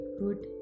good